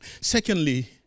Secondly